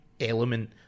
element